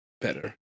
Better